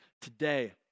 today